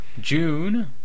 June